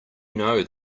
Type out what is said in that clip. know